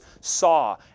saw